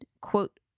quote